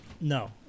No